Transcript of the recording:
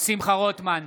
שמחה רוטמן,